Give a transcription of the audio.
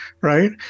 right